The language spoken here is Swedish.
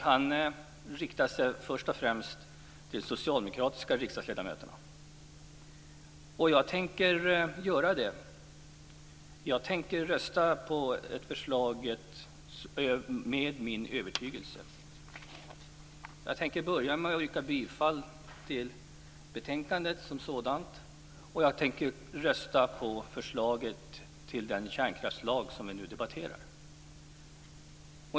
Han riktade sig först och främst till de socialdemokratiska riksdagsledamöterna. Jag tänker göra det. Jag tänker med övertygelse rösta på förslaget. Jag vill börja med att yrka bifall till hemställan i betänkandet. Jag tänker rösta på förslaget till den kärnkraftslag vi nu debatterar.